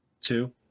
Two